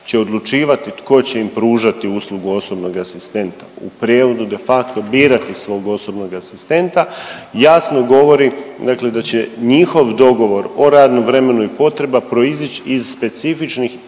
će odlučivati tko će im pružati uslugu osobnog asistenta, u prijevodu de facto birati svog osobnog asistenta jasno govori dakle da će njihov dogovor o radnom vremenu i potreba proizići iz specifičnih